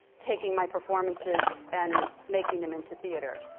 taking my performances and making them into theatre.